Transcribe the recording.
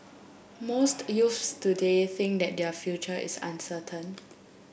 most youths today think that their future is uncertain